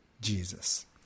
Jesus